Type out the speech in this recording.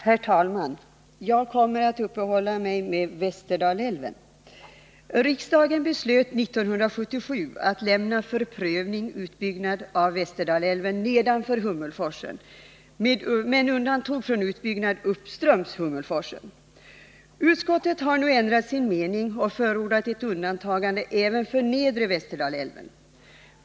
Herr talman! Jag kommer att uppehålla mig vid projekten avseende Västerdalälven. Riksdagen beslöt 1977 att lämna för prövning utbyggnad av Västerdalälven nedanför Hummelforsen, men undantog från utbyggnad älven uppströms Hummelforsen. Utskottet har nu ändrat sin mening och förordat ett undantagande även för nedre Västerdalälven.